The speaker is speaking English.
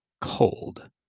cold